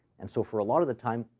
and so for a lot of the time,